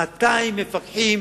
200 מפקחים,